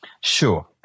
Sure